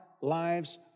lives